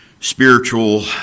spiritual